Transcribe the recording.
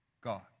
God